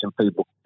people